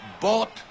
bought